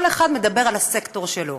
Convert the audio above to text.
כל אחד מדבר על הסקטור שלו.